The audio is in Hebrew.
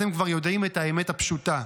אתם כבר יודעים את האמת הפשוטה.